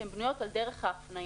הן בנויות על דרך ההפניה.